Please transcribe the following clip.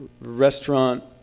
restaurant